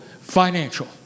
financial